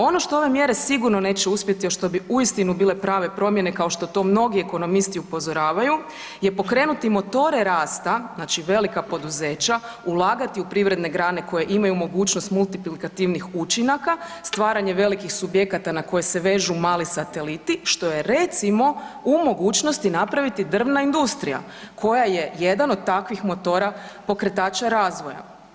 One što ove mjere sigurno neće uspjeti, a što bi uistinu bile prave promjene kao što to mnogi ekonomisti upozoravaju, je pokrenuti motore rasta, znači velika poduzeća, ulagati u privredne grane koje imaju mogućnost multiplikativnih učinaka, stvaranje velikih subjekata na koje se vežu mali sateliti što je recimo u mogućnosti napraviti drvna industrija koja je jedan od takvih motora pokretača razvoja.